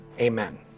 Amen